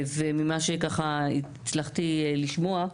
וממה שככה הצלחתי לשמוע,